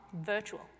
Virtual